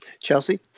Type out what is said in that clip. Chelsea